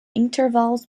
intervals